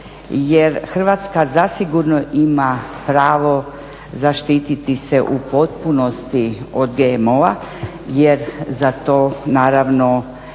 jer Hrvatska zasigurno ima pravo zaštiti se u potpunosti od GMO-a jer za to naravno